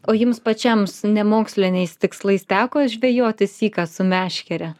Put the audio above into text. o jums pačiams ne moksliniais tikslais teko žvejoti syką su meškere